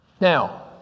Now